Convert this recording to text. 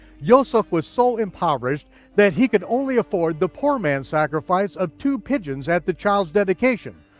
yoseph was so impoverished that he could only afford the poor man's sacrifice of two pigeons at the child's dedication,